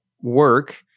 work